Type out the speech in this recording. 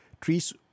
trees